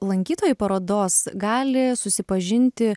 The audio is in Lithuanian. lankytojai parodos gali susipažinti